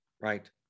right